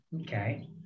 Okay